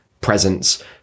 presence